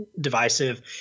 divisive